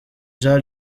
jean